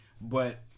but-